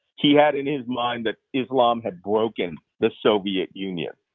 he had in his mind that islam had broken the soviet union,